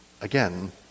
Again